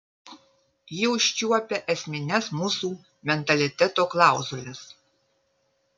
ji užčiuopia esmines mūsų mentaliteto klauzules